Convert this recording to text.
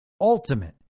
ultimate